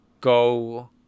go